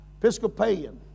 Episcopalian